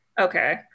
Okay